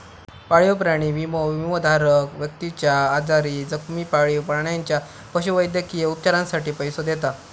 पाळीव प्राणी विमो, विमोधारक व्यक्तीच्यो आजारी, जखमी पाळीव प्राण्याच्या पशुवैद्यकीय उपचारांसाठी पैसो देता